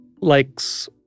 likes